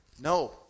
No